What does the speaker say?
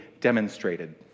demonstrated